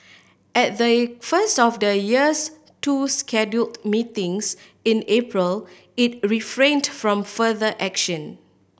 at the first of the year's two scheduled meetings in April it refrained from further action